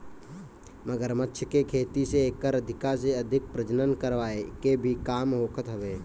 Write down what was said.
मगरमच्छ के खेती से एकर अधिका से अधिक प्रजनन करवाए के भी काम होखत हवे